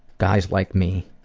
guys like me